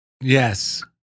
Yes